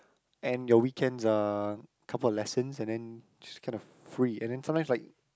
and your weekends are couple of lessons and then just kind of free and then sometimes like